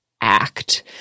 act